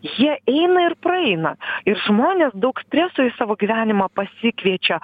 jie eina ir praeina ir žmonės daug streso į savo gyvenimą pasikviečia